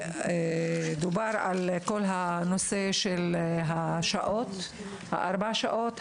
דובר על כל נושא השעות: על ארבע שעות,